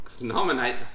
nominate